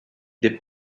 des